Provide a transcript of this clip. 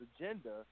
agenda